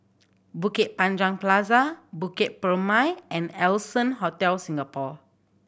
Bukit Anjang Plaza Bukit Purmei and Allson Hotel Singapore